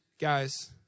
guys